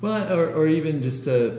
but over or even just a